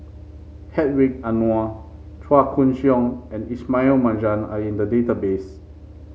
Hedwig Anuar Chua Koon Siong and Ismail Marjan are in the database